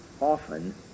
often